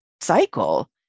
cycle